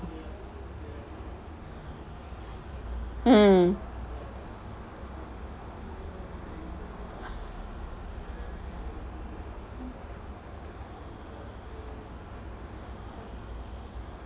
mm